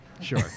Sure